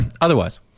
Otherwise